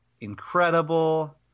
incredible